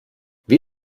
wie